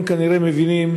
הם כנראה מבינים,